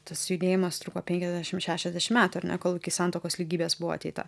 tas judėjimas truko penkiasdešimt šešiasdešim metų ar ne kol iki santuokos lygybės buvo ateita